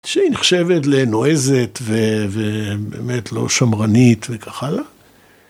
שהיא נחשבת לנועזת ובאמת לא שמרנית וכך הלאה.